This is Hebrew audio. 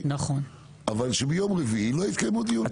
אבל שביום רביעי לא יתקיימו דיונים.